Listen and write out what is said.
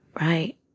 right